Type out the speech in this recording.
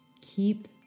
keep